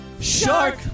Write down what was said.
Shark